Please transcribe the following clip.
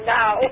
now